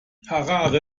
harare